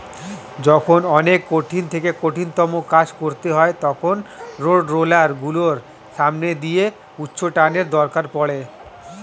যখন অনেক কঠিন থেকে কঠিনতম কাজ করতে হয় তখন রোডরোলার গুলোর সামনের দিকে উচ্চটানের দরকার পড়ে